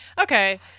okay